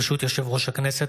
ברשות יושב-ראש הכנסת,